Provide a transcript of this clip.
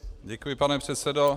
Děkuji, pane předsedo.